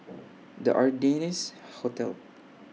The Ardennes Hotel